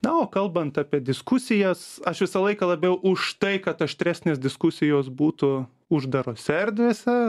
na o kalbant apie diskusijas aš visą laiką labiau už tai kad aštresnės diskusijos būtų uždarose erdvėse